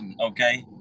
okay